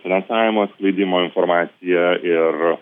finansavimas skleidimo informacija ir